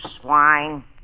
swine